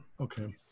Okay